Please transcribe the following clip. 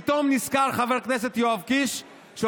פתאום נזכר חבר הכנסת יואב קיש שהוא